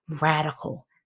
radical